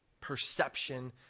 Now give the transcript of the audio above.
perception